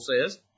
says